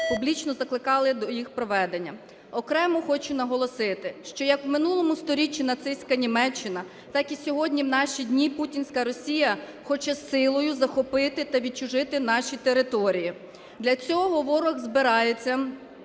публічно закликали до їх проведення. Окремо хочу наголосити, що як в минулому сторіччі нацистська Німеччина, так і сьогодні в наші дні путінська Росія хоче силою захопити та відчужити наші території. Для цього ворог збирається